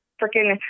freaking